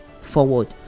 forward